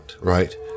right